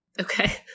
Okay